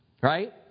Right